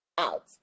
out